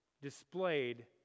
displayed